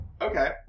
Okay